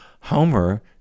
Homer